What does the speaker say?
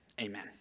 Amen